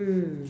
mm